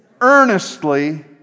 Earnestly